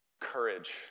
courage